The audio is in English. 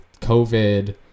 COVID